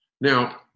Now